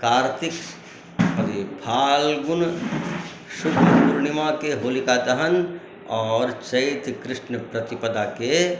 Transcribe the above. कार्तिक अथी फाल्गुन शुक्ल पूर्णिमाके होलिकादहन आओर चैत कृष्ण प्रतिपदाके